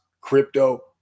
crypto